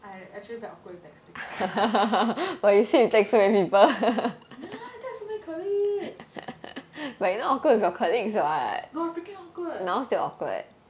I actually very awkward in texting ya I text so many colleagues no I freaking awkward